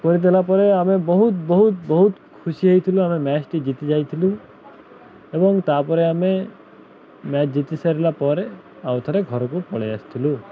କରିଦେଲା ପରେ ଆମେ ବହୁତ ବହୁତ ବହୁତ ଖୁସି ହେଇଥିଲୁ ଆମେ ମ୍ୟାଚ୍ଟି ଜିତି ଯାଇଥିଲୁ ଏବଂ ତା'ପରେ ଆମେ ମ୍ୟାଚ୍ ଜିତି ସାରିଲା ପରେ ଆଉ ଥରେ ଘରକୁ ପଳାଇ ଆସିଥିଲୁ